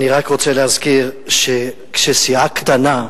אני רק רוצה להזכיר שכשסיעה קטנה,